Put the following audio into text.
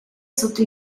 sotto